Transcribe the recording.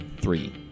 Three